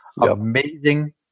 Amazing